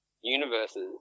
universes